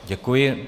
Děkuji.